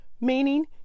meaning